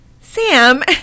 Sam